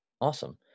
Awesome